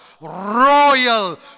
royal